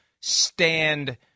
stand